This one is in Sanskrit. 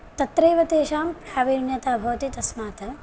तत्रैव तेषां प्रावीण्यता भवति तस्मात्